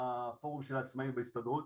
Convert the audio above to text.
מפורום העצמאיים של ההסתדרות.